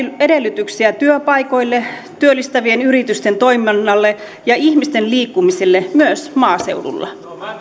edellytyksiä työpaikoille työllistävien yritysten toiminnalle ja ihmisten liikkumiselle myös maaseudulla